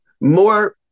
more